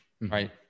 Right